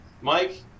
Mike